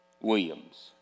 Williams